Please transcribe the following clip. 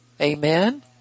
Amen